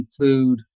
include